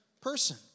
person